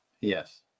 yes